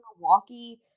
Milwaukee